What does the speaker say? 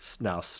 now